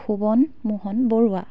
Bhuban Mohan Barua